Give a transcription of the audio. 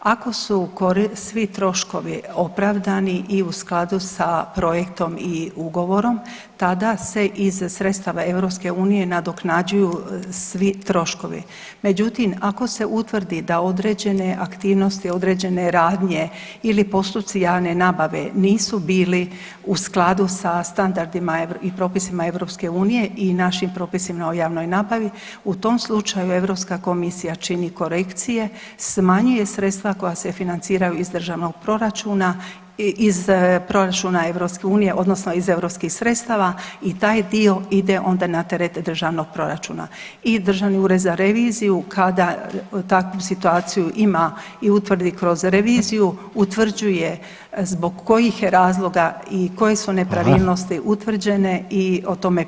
Ako su svi troškovi opravdani i u skladu sa projektom i ugovorom tada se iz sredstava EU nadoknađuju svi troškovi, međutim ako se utvrdi da određene aktivnosti, određene radnje ili postupci javne nabave nisu bili u skladu sa standardima i propisima EU i našim propisima o javnoj nabavi u tom slučaju Europska komisija čini korekcije, smanjuje sredstva koja se financiraju iz državnog proračuna, iz proračuna EU odnosno iz europskih sredstava i taj dio ide onda na teret državnog proračuna i Državni ured za reviziju kada takvu situaciju ima i utvrdi kroz reviziju utvrđuje zbog kojih je razloga i koje su nepravilnosti utvrđene i o tome piše u izvješću.